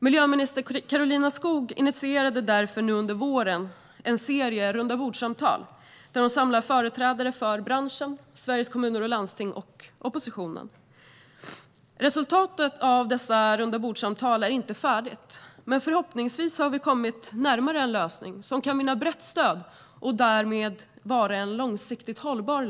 Miljöminister Karolina Skog initierade därför nu under våren en serie rundabordssamtal där hon samlar företrädare för branschen, Sveriges Kommuner och Landsting samt oppositionen. Resultatet av dessa rundabordssamtal är inte färdigt, men förhoppningsvis har vi kommit närmare en lösning som kan vinna brett stöd och därmed vara långsiktigt hållbar.